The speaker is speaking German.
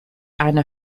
eine